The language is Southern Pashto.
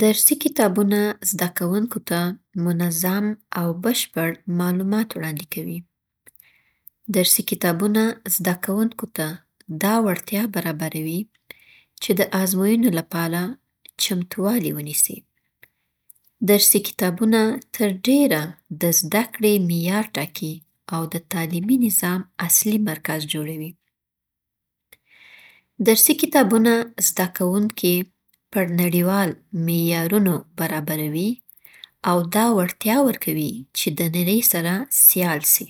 درسي کتابونه زده کوونکو ته منظم او بشپړ معلومات وړاندي کوي. درسي کتابونه زده کوونکو ته دا وړتیا برابروي چې د ازموینو لپاره چمتووالی ونیسي. درسي کتابونه تر ډیره د زده کړې معیار ټاکي او د تعلیمي نظام اصلي مرګز جوړوي. درسي کتابونه زده کوونکي پر نړیوال معیارونو برابروي، او دا وړتیا ورکوي چې د نړۍ سره سیال سي.